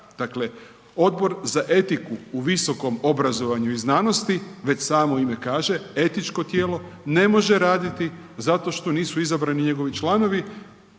Dakle, Odbor za etiku u visokom obrazovanju i znanosti, već samo ime kaže, etičko tijelo, ne može raditi zato što nisu izabrani njegovi članovi